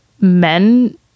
men